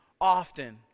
often